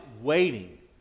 waiting